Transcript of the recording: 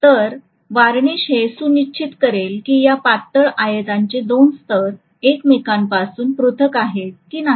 तर वार्निश हे सुनिश्चित करेल की या पातळ आयतांचे दोन स्तर एकमेकांपासून पृथक् आहेत की नाही